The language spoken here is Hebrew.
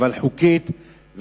אבל חוקית.